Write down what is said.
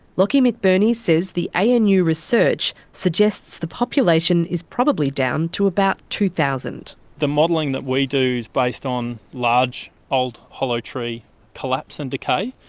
lachie mcburney says the anu research suggests the population is probably down to about two thousand. the modelling that we do is based on large old hollow tree collapse and decay,